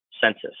census